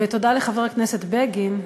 ותודה לחבר הכנסת בגין,